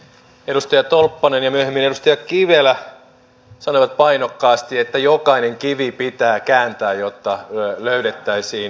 edustaja tolppanen ja myöhemmin edustaja kivelä sanoivat painokkaasti että jokainen kivi pitää kääntää jotta löydettäisiin porsaanreiät